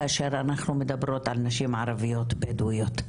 כאשר אנחנו מדברות על נשים ערביות בדואיות.